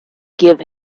give